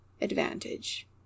advantage